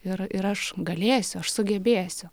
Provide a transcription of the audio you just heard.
ir ir aš galėsiu aš sugebėsiu